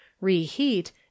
Reheat